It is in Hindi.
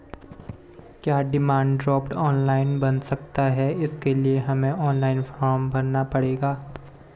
क्या डिमांड ड्राफ्ट ऑनलाइन बन सकता है इसके लिए हमें ऑनलाइन फॉर्म भरना पड़ेगा?